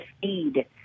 feed